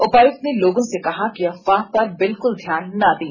उपायुक्त ने लोगों से कहा कि अफवाह पर बिल्कुल ध्यान ना दें